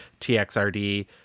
TXRD